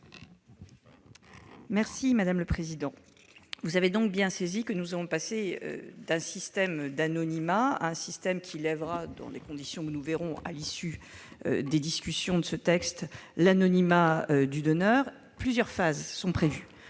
spéciale ? Vous avez bien compris que nous allons passer d'un système d'anonymat à un système qui lèvera, dans les conditions qui prévaudront à l'issue des discussions de ce texte, l'anonymat du donneur. Plusieurs phases sont prévues.